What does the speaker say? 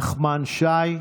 אראלה בן שאול,